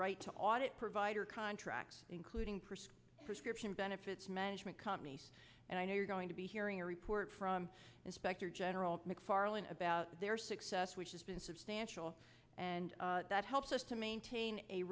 right to audit provider contracts including pursue prescription benefits management companies and i know you're going to be hearing a report from inspector general macfarlane about their success which has been substantial and that helps us to maintain a